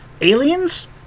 Aliens